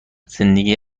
زندگی